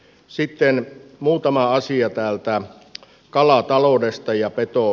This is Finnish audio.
sitten muutama asia kalataloudesta ja petovahingoista